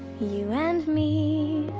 you and me